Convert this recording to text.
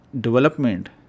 development